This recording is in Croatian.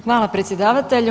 Hvala predsjedavatelju.